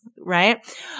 right